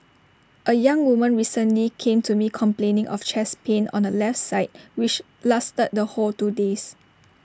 A young woman recently came to me complaining of chest pain on the left side which lasted the whole two days